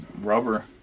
rubber